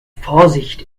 vorsicht